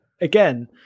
Again